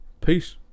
peace